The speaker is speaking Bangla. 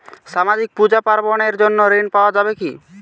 সামাজিক পূজা পার্বণ এর জন্য ঋণ পাওয়া যাবে কি?